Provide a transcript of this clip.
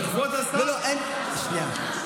כבוד השר, אם כבוד השר ייתן לי, שנייה,